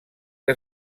que